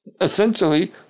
essentially